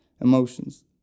Emotions